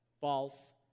false